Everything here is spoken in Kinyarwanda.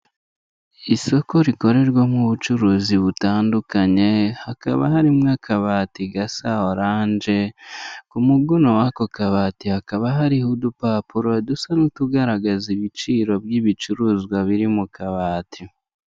Isoko rikorerwamo ubucuruzi butandukanye, habaha harimo akabati gasa oranje, ku muguno w'ako kabati hakaba hariho udupapuro dusa n'utugaragaza ibiciro by'ibicuruzwa biri mu kabati.